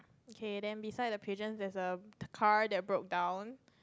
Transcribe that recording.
okay then beside the pigeon there's a car that broke down